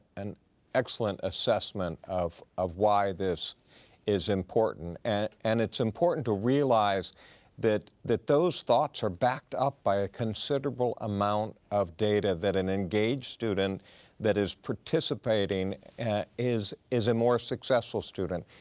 and and assessment of of why this is important. and and it's important to realize that that those thoughts are backed up by a considerable amount of data that an engaged student that is participating is is a more successful student,